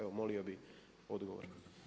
Evo molio bih odgovor.